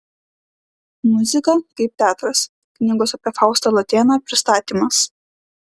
muzika kaip teatras knygos apie faustą latėną pristatymas